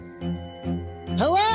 Hello